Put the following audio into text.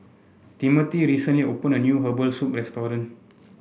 Timmothy recently opened a new Herbal Soup restaurant